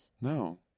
No